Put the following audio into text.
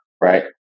right